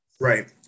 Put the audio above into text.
Right